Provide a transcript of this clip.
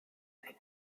denke